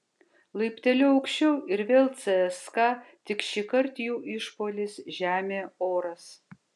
laipteliu aukščiau ir vėl cska tik šįkart jų išpuolis žemė oras